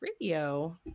Radio